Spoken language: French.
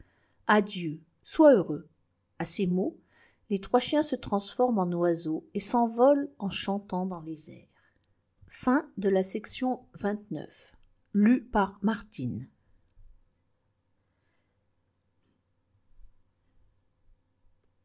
adieu sois heureux a ces mots les trois chiens se transforment en oiseaux et s'envolent en chantant dans les airs